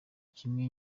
kimwe